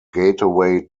gateway